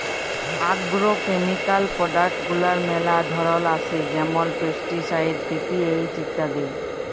agrochemical product গুলার ম্যালা ধরল আসে যেমল পেস্টিসাইড, পি.পি.এইচ ইত্যাদি